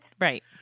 Right